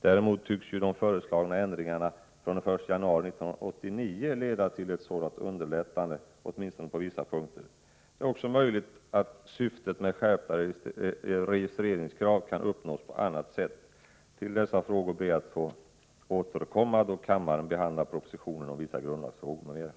Däremot tycks ju de föreslagna ändringarna från den 1 januari 1989 leda till ett sådant underlättande — åtminstone på vissa punkter. Det är också möjligt att syftet med skärpta registreringskrav kan uppnås på annat sätt. Till dessa frågor ber jag därför att få återkomma då kammaren behandlar propositionen om vissa grundlagsfrågor m.m.